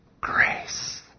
grace